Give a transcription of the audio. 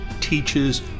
teaches